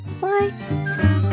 Bye